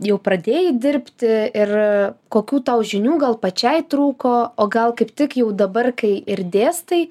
jau pradėjai dirbti ir kokių tau žinių gal pačiai trūko o gal kaip tik jau dabar kai ir dėstai